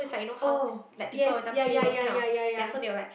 oh yes ya ya ya ya ya ya